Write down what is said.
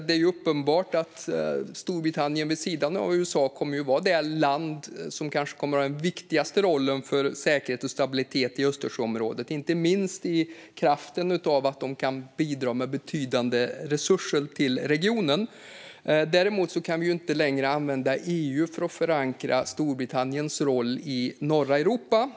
Det är uppenbart att Storbritannien vid sidan av USA är det land som kanske kommer att ha den viktigaste rollen för säkerhet och stabilitet i Östersjöområdet, inte minst i kraft av att de kan bidra med betydande resurser till regionen. Däremot kan vi inte längre använda EU för att förankra Storbritanniens roll i norra Europa.